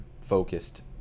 focused